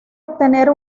obtener